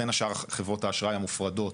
בין השאר חברות האשראי המופרדות,